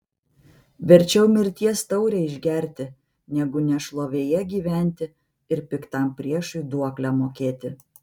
verčiau mirties taurę išgerti negu nešlovėje gyventi ir piktam priešui duoklę mokėti